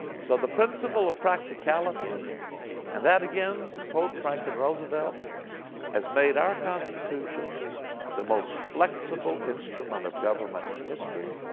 so the principle of practicality and that again to quote franklin roosevelt has made our constitution the most flexible instrument of government in history,